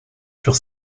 sur